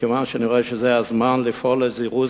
כיוון שאני רואה שזה הזמן לפעול לזירוז